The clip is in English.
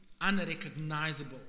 unrecognizable